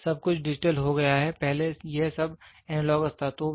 आज सब कुछ डिजिटल हो गया है पहले यह सब एनालॉगस था